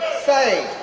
say,